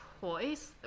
choice